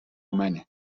منه